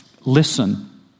Listen